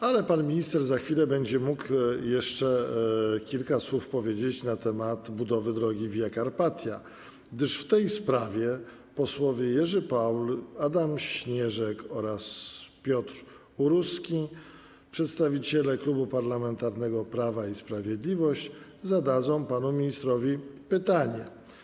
Ale pan minister za chwilę będzie mógł jeszcze kilka słów powiedzieć na tematu budowy drogi Via Carpatia, gdyż w tej sprawie posłowie Jerzy Paul, Adam Śnieżek oraz Piotr Uruski, przedstawiciele Klubu Parlamentarnego Prawo i Sprawiedliwość, zadadzą panu ministrowi pytanie.